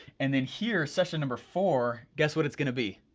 and then here, session number four, guess what it's gonna be?